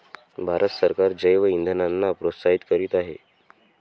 भारत सरकार जैवइंधनांना प्रोत्साहित करीत आहे